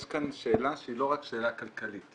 יש כאן שאלה שהיא לא רק שאלה כלכלית.